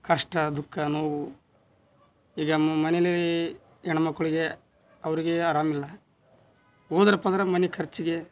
ಕಷ್ಟ ದುಃಖ ನೋವು ಈಗ ಮನೆಯಲ್ಲಿ ಹೆಣ್ಮಕ್ಕ್ಳಿಗೆ ಅವರಿಗೆ ಆರಾಮಿಲ್ಲ ಹೋದ್ರಪ್ಪ ಅಂದ್ರೆ ಮನೆ ಖರ್ಚಿಗೆ